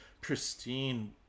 pristine